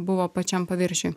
buvo pačiam paviršiuj